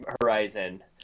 horizon